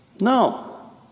No